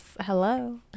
Hello